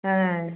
ஆ